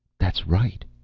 that's right,